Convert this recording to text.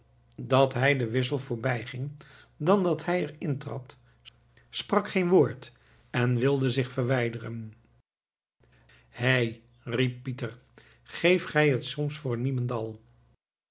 dat hij de wissel voorbijging dan dat hij er intrad sprak geen woord en wilde zich verwijderen hei riep pieter geef gij het soms voor niemendal